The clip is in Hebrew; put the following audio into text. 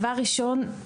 דבר ראשון,